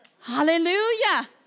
Hallelujah